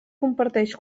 comparteix